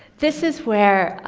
this is where